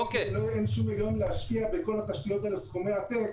--- אין שום היגיון להשקיע בכל התשתיות האלה סכומי עתק